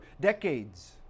Decades